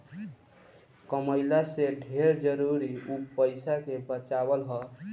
कमइला से ढेर जरुरी उ पईसा के बचावल हअ